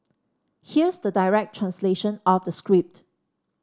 here's the direct translation of the script